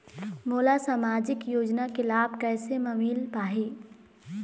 मोला सामाजिक योजना के लाभ कैसे म मिल पाही?